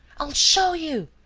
i'll show you!